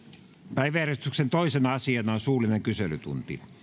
päiväjärjestyksen toisena asiana on suullinen kyselytunti